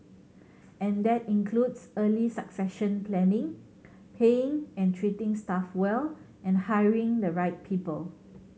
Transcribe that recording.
and that includes early succession planning paying and treating staff well and hiring the right people